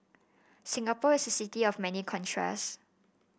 Singapore is a city of many contrasts